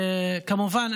כמובן,